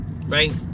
Right